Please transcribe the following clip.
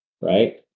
Right